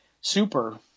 super